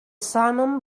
simum